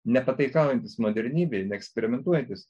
nepataikaujantis modernybei neeksperimentuojantis